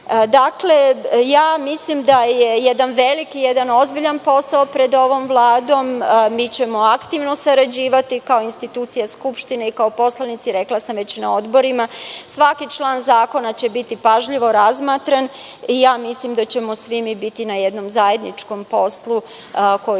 zapadu. Dakle, mislim da je jedan veliki, jedan ozbiljan posao pred ovom Vladom. Mi ćemo aktivno sarađivati kao institucija Skupštine i kao poslanici. Svaki član zakona će biti pažljivo razmatran i mislim da ćemo svi mi biti na jednom zajedničkom poslu koji